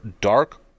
Dark